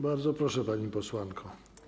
Bardzo proszę, pani posłanko.